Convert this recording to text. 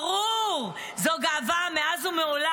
ברור, זו גאווה מאז ומעולם.